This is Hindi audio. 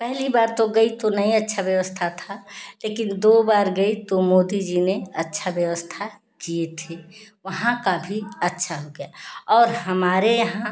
पहली बार तो गई तो नहीं अच्छा व्यवस्था था लेकिन दो बार गई तो मोदी जी ने अच्छा व्यवस्था किए थे वहाँ का भी अच्छा हो गया और हमारे यहाँ